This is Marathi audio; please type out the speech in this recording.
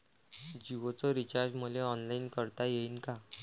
जीओच रिचार्ज मले ऑनलाईन करता येईन का?